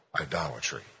idolatry